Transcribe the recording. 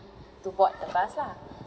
to board the bus lah